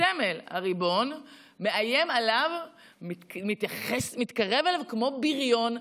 הסמל, הריבון, מאיים עליו, מתקרב אליו כמו בריון,